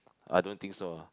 I don't think so ah